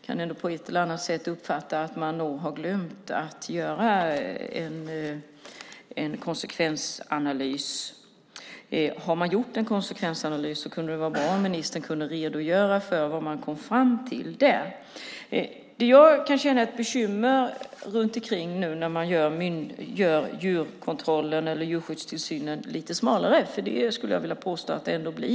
Jag uppfattar det nog så att man glömt att göra en konsekvensanalys. Om det gjorts en konsekvensanalys vore det bra om ministern kunde redogöra för vad man i så fall kommit fram till. Det jag kan känna mig bekymrad över är att man nu gör djurskyddstillsynen smalare, för det vill jag nog påstå att den blir.